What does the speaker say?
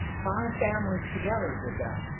five families together did that,